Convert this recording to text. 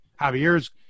javier's